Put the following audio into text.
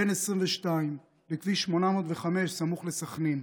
בן 22, בכביש 805 סמוך לסח'נין.